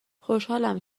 خوشحالم